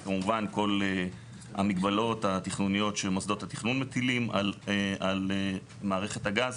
כמובן כל המגבלות התכנוניות שמוסדות התכנון מטילים על מערכת הגז.